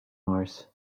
mars